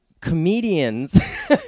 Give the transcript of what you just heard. comedians